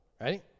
Ready